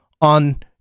on